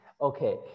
okay